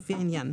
לפי העניין.